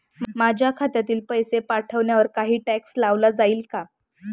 माझ्या खात्यातील पैसे पाठवण्यावर काही टॅक्स लावला जाईल का?